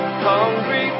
hungry